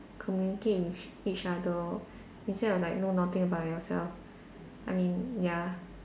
communicate with each other lor instead of like know nothing about yourself I mean ya